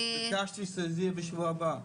ביקשתי שזה יהיה בשבוע הבא.